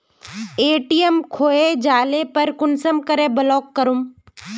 ATM खोये जाले पर कुंसम करे ब्लॉक करूम?